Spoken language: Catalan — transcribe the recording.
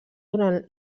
durant